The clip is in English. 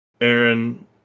Aaron